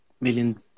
million